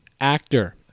actor